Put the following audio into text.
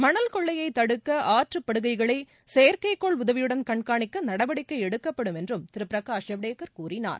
மணல் கொள்ளையைத் தடுக்க ஆற்றுப்படுகைகளை செயற்கைக் கோள் உதவியுடன் கண்காணிக்க நடவடிக்கை எடுக்கப்படும் என்றும் திரு பிரகாஷ் ஜவ்டேகர் கூறினார்